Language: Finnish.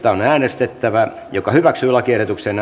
on äänestettävä lakiehdotuksen